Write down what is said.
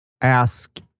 ask